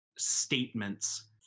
statements